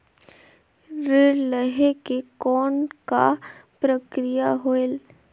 ऋण लहे के कौन का प्रक्रिया होयल?